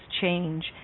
change